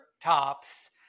tops